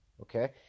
okay